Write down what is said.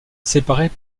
séparées